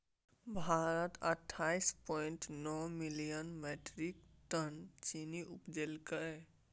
भारत अट्ठाइस पॉइंट नो million metric ton चीन्नी उपजेलकै